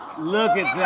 look at